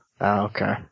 Okay